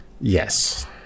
Yes